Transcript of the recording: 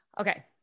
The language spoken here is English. Okay